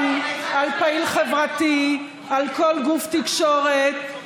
הוא חייל של צה"ל,